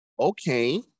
okay